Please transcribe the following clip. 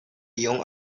young